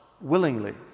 willingly